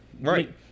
Right